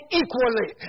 equally